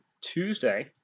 Tuesday